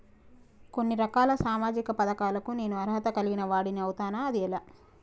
కొన్ని రకాల సామాజిక పథకాలకు నేను అర్హత కలిగిన వాడిని అవుతానా? అది ఎలా?